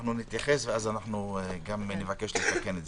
אנחנו נתייחס וגם נבקש לתקן את זה.